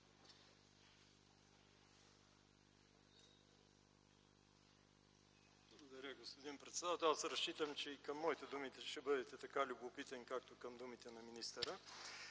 Благодаря, господин председател. Разчитам, че и към моите думи ще бъдете така любопитен, както към думите на министъра